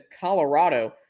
Colorado